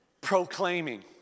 proclaiming